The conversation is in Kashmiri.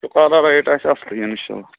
شُکارا رایِڈ آسہِ اَصلٕے اِنشا اللہ